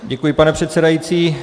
Děkuji, pane předsedající.